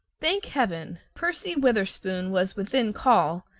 thank heaven! percy witherspoon was within call,